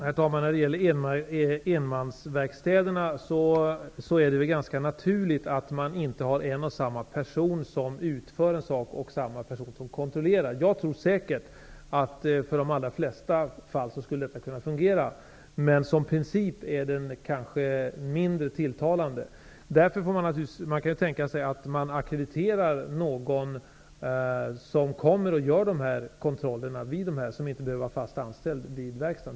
Herr talman! När det gäller enmansverkstäderna är det väl ganska naturligt att inte en och samma person utför en sak och sedan kontrollerar den. Jag tror säkert att detta skulle kunna fungera i de allra flesta fall, men som princip är det kanske mindre tilltalande. Man kan ju tänka sig att man ackrediterar någon som kommer och gör dessa kontroller. Han behöver inte vara fast anställd vid verkstaden.